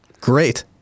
Great